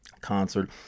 Concert